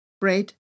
bread